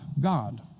God